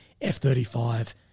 F-35